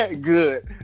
good